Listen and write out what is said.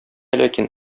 ләкин